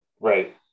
Right